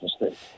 mistake